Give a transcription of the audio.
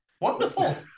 Wonderful